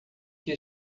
que